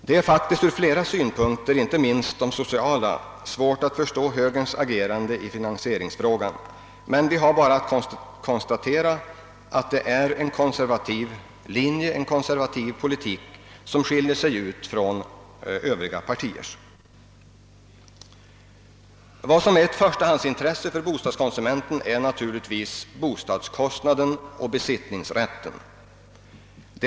Det är faktiskt ur flera synpunkter — inte minst de sociala — svårt att förstå högerns agerande i finansieringsfrågan. Men vi har bara att konstatera att det är en konservativ linje, en konservativ politik som skiljer sig från övriga partiers. Ett förstahandsintresse för bostadskonsumenten är naturligtvis bostadskostnaden och besittningsrätten.